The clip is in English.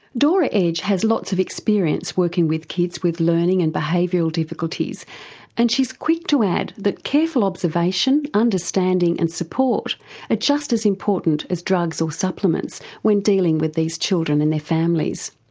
dora edge has lots of experience working with kids with learning and behavioural difficulties and she's quick to add that careful observation, understanding and support are just as important as drugs or supplements when dealing with these children and their families.